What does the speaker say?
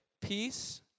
peace